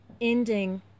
ending